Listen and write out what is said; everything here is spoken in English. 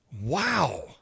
Wow